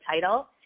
title